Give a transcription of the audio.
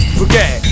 Forget